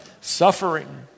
suffering